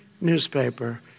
newspaper